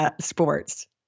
sports